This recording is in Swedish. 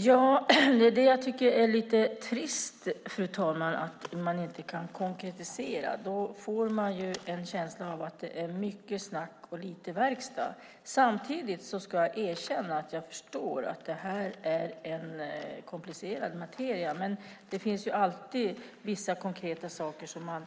Fru talman! Det är trist att du inte kan konkretisera. Då får man en känsla av att det är mycket snack och lite verkstad. Samtidigt ska jag erkänna att jag förstår att det är komplicerad materia. Men det finns alltid en del konkret som man